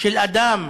של אדם